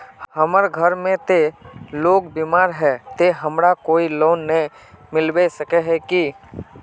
हमर घर में ते लोग बीमार है ते हमरा कोई लोन नय मिलबे सके है की?